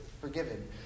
forgiven